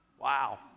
Wow